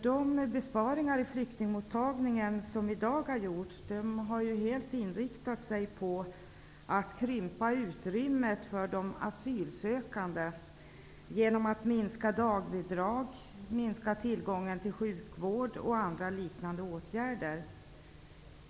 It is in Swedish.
De besparingar i flyktingmottagningen som i dag gjorts har varit helt inriktade på att krympa utrymmet för de asylsökande genom minskade dagbidrag, minskad tillgång till sjukvård o.d.